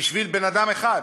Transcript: בשביל בן-אדם אחד.